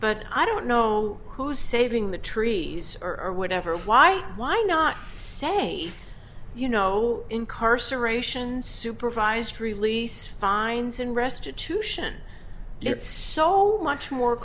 but i don't know who's saving the trees or whatever why why not say you know incarceration supervised release fines and restitution it's so much more